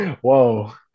Whoa